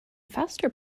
faster